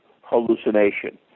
hallucination